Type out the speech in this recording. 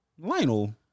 Lionel